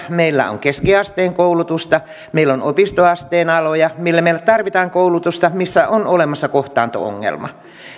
meillä on keskiasteen koulutusta meillä on opistoasteen aloja missä meillä tarvitaan koulutusta missä on olemassa kohtaanto ongelma